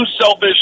selfish